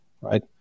right